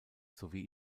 sowie